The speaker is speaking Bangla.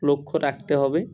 লক্ষ্য রাখতে হবে